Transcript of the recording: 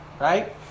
Right